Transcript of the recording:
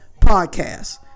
Podcast